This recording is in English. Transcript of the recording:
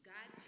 God